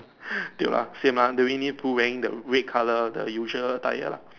tio lah same lah the winner the Pooh wearing the red color the usual attire lah